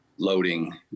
loading